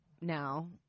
now